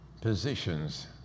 positions